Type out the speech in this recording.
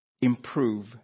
improve